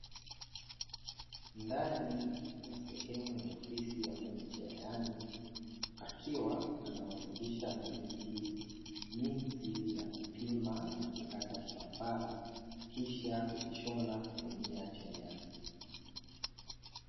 Ndani ya sehemu ya ofisi ya fundi cherehani akiwa anawafundisha mabinti jinsi ya kupima na kukata kitambaa, kisha kukishona kutumia cherehani.